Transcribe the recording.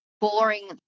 boring